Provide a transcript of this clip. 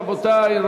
מס' 169 ו-174.